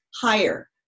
higher